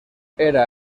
era